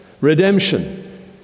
redemption